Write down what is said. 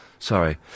Sorry